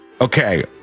Okay